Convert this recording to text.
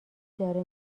داره